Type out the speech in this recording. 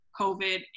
COVID